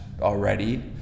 already